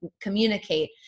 communicate